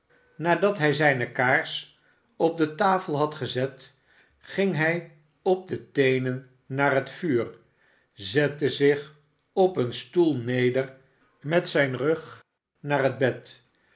nadat hij zijne kaars op de tafel had gezet ging hij op de teenen naar het vuur zette zich op een stoel neder met zijn rug naar het bed